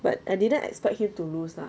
but I didn't expect him to lose lah